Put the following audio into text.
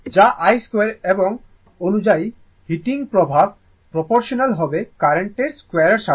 যে i 2 এবং তপঅনুযায়ী হিটিং প্রভাব প্রপোর্শনাল হবে কার্রেন্টের 2 এর সাথে